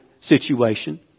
situation